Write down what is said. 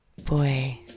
boy